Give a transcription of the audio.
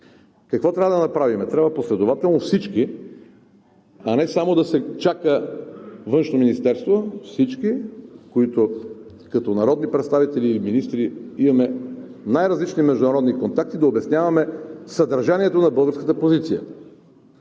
Какво трябва да направим? Трябва последователно всички, а не само да се чака Външното министерство – всички, които като народни представители и министри имаме най-различни международни контакти, да обясняваме съдържанието на българската позиция.